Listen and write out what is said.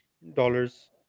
dollars